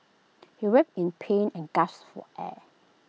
he writhed in pain and gasped for air